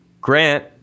Grant